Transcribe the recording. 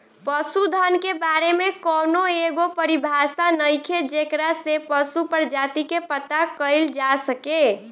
पशुधन के बारे में कौनो एगो परिभाषा नइखे जेकरा से पशु प्रजाति के पता कईल जा सके